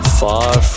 far